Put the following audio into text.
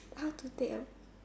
how to take a break